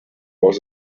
was